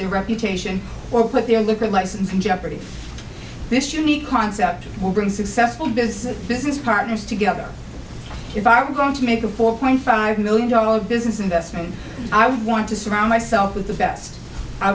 the reputation or put their liquor license in jeopardy this unique concept will bring successful business business partners together if i were going to make a four point five million dollars business investment i want to surround myself with th